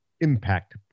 impact